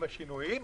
עם השינויים,